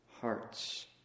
hearts